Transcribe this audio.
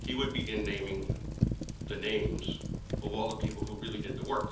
he would begin naming the names of all the people who really did the work